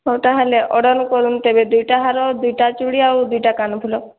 ହେଉ ତା ହେଲେ ଅର୍ଡ଼ର କରନ୍ତୁ ତେବେ ଦୁଇଟା ହାର ଦୁଇଟା ଚୁଡ଼ି ଆଉ ଦୁଇଟା କାନ ଫୁଲ